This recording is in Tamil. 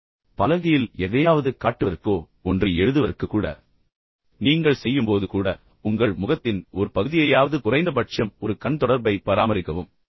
எனவே பலகையில் எதையாவது காட்டுவதற்கோ ஒன்றை எழுதுவதற்கு கூட எனவே நீங்கள் செய்யும்போது கூட உங்கள் முகத்தின் ஒரு பகுதியையாவது குறைந்தபட்சம் ஒரு கண் தொடர்பை பராமரிக்கவும்